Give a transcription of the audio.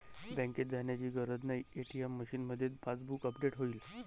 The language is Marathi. बँकेत जाण्याची गरज नाही, ए.टी.एम मशीनमध्येच पासबुक अपडेट होईल